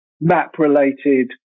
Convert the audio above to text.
map-related